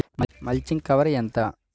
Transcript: Mulching cover ఎంత?